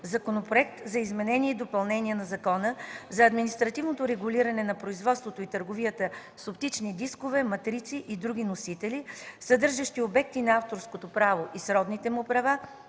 Законопроект за изменение и допълнение на Закона за административното регулиране на производството и търговията с оптични дискове, матрици и други носители, съдържащи обекти на авторското право и сродните му права,